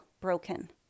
broken